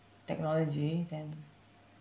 technology then